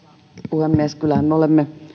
puhemies kyllähän me olemme